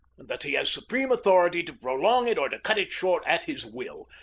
and that he has supreme authority to prolong it or to cut it short at his will.